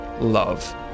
love